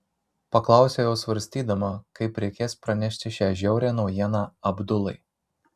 paklausiau jau svarstydama kaip reikės pranešti šią žiaurią naujieną abdulai